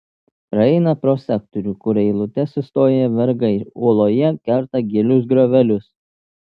praeina pro sektorių kur eilute sustoję vergai uoloje kerta gilius griovelius